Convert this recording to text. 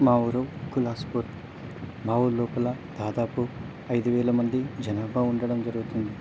మా ఊరు కులాస్పూర్ మా ఊరు లోపల దాదాపు ఐదువేల మంది జనాభా ఉండడం జరుగుతుంది